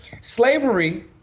Slavery